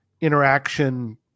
interaction